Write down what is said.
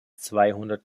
zweihundert